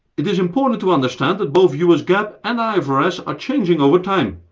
it's important to understand that both us gaap and ifrs are changing over time.